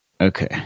Okay